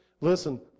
listen